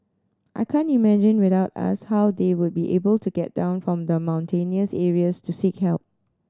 I can't imagine without us how they would be able to get down from the mountainous areas to seek help